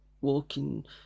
walking